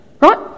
right